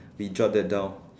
we jot that down